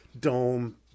dome